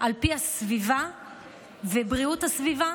על פי הסביבה ובריאות הסביבה